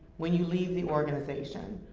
when you leave the organization.